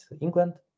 England